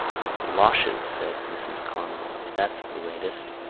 goloshes! said mrs. conroy. that's the latest.